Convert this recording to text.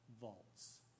vaults